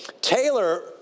Taylor